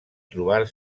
trobar